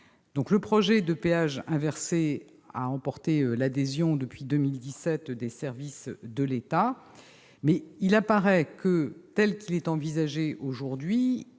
Le projet de péage « inversé » a emporté l'adhésion, depuis 2017, des services de l'État, mais il apparaît que tel qu'il est envisagé aujourd'hui,